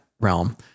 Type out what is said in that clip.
realm